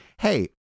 hey